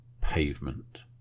pavement